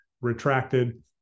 retracted